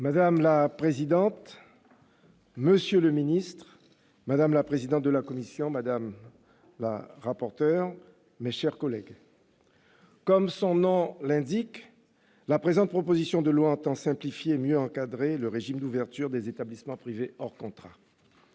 Madame la présidente, monsieur le ministre, madame la présidente de la commission, madame la rapporteur, mes chers collègues, comme son nom l'indique, la présente proposition de loi tend à simplifier et mieux encadrer le régime d'ouverture des établissements privés hors contrat.